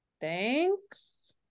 thanks